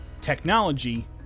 technology